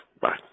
bye